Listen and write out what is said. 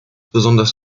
besonders